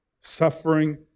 suffering